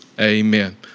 amen